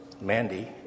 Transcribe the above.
Mandy